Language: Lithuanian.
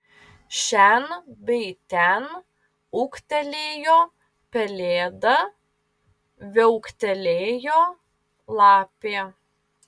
šen bei ten ūktelėjo pelėda viauktelėjo lapė